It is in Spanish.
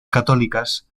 católicas